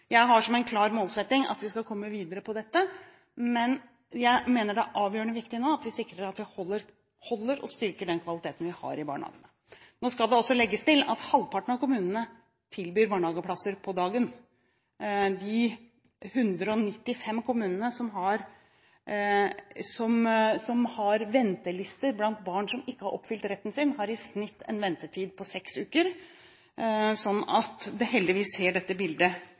Jeg har som en klar målsetting at vi skal komme videre på dette området, men jeg mener det er avgjørende viktig at vi nå sikrer, holder og styrker den kvaliteten vi har i barnehagene. Nå skal det også legges til at halvparten av kommunene tilbyr barnehageplasser på dagen. De 195 kommunene som har ventelister for barn som ikke har fått oppfylt retten sin, har i snitt en ventetid på seks uker, så heldigvis ser dette bildet